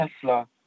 Tesla